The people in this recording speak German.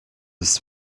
ist